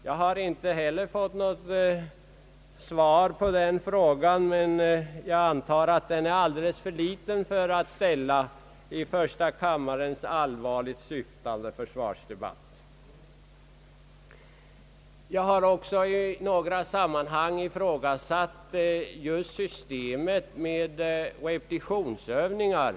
Jag har inte heller fått något svar på den frågan, och jag antar att den är alldeles för liten att ställa i första kammarens allvarligt syftande försvarsdebatt. Jag har också i några sammanhang ifrågasatt just värdet av det nuvarande systemet med repetitionsövningar.